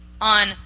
On